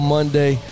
Monday